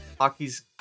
hockey's